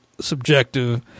subjective